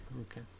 okay